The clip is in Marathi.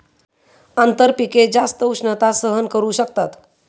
आंतरपिके जास्त उष्णता सहन करू शकतात